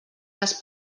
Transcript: les